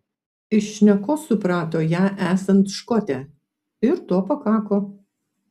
iš šnekos suprato ją esant škotę ir to pakako